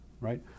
right